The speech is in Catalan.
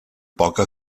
poca